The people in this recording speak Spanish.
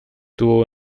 tuvo